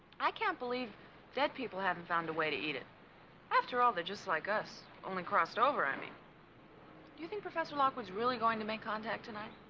i can't believe dead people haven't found a way to eat it after all they're just like us only crossed over i mean do you think professor lockwood was really going to make contact tonight?